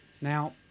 Now